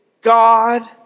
God